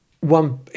one